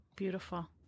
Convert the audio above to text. Beautiful